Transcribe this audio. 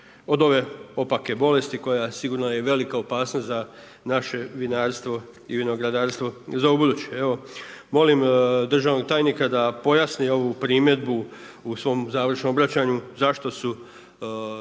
od ove opake bolesti koja sigurno je velika opasnost za naše vinarstvo i vinogradarstvo i za ubuduće. Evo molim državnog tajnika da pojasni ovu primjedbu u svom završnom obraćanju zašto su